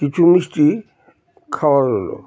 কিছু মিষ্টি খাওয়া হলো